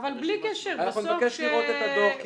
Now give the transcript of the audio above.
אנחנו נבקש לראות את הדוח,